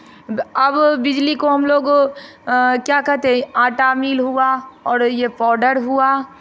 अब बिजली को हम लोग क्या कहते आटा मील हुआ और ये पाउडर हुआ